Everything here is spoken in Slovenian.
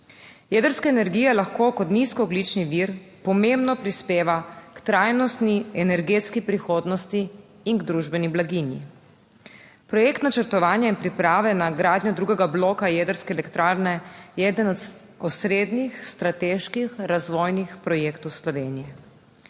Jedrska energija lahko kot nizkoogljični vir pomembno prispeva k trajnostni energetski prihodnosti in k družbeni blaginji. Projekt načrtovanja in priprave na gradnjo drugega bloka jedrske elektrarne je eden od osrednjih strateških razvojnih projektov Slovenije.